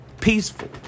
peaceful